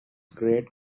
great